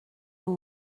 рүү